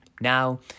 Now